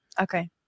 Okay